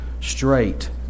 straight